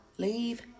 Leave